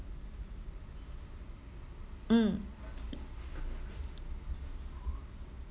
mm